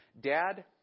Dad